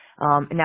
Now